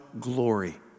glory